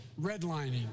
Redlining